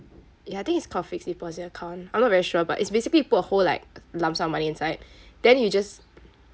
ya I think it's called fixed deposit account I'm not very sure but it's basically you put a whole like lump sum of money inside then you just